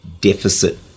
deficit